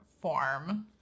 form